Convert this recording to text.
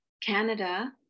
Canada